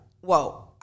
whoa